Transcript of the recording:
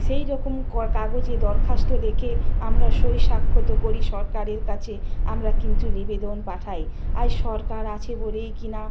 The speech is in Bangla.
সেই রকম কাগজে দরখাস্ত লেখে আমরা সই সাক্ষতও করি সরকারের কাছে আমরা কিন্তু নিবেদন পাঠাই আজ সরকার আছে বলেই কিনা